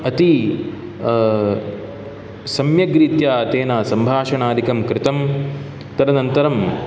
अति सम्यग्रीत्या तेन सम्भाषणादिकं कृतं तदनन्तरं